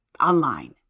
online